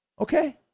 Okay